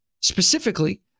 Specifically